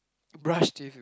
brush teeth